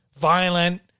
violent